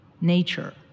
nature